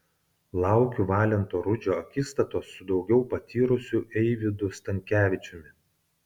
laukiu valento rudžio akistatos su daugiau patyrusiu eivydu stankevičiumi